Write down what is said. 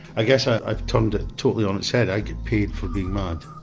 i guess i've turned it totally on its head, i get paid for being mad